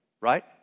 right